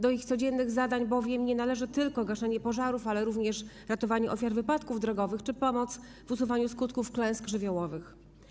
Do ich codziennych zadań bowiem nie należy tylko gaszenie pożarów, ale również ratowanie ofiar wypadków drogowych czy pomoc w usuwaniu skutków klęsk żywiołowych.